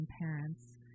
parents